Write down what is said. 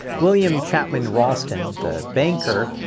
william chapman ralston the banker,